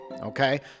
Okay